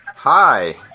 Hi